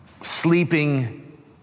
sleeping